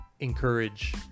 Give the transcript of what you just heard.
encourage